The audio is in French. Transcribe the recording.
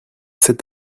cet